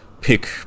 pick